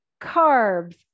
carbs